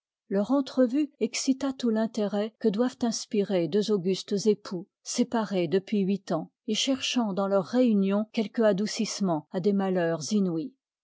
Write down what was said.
leur entrevue excita tout l'intérêt que doivent inspirer deux augustes époux séparés depuis huit ans et cherchant dans leur réunion quelque adoucissement à des malheurs inouïs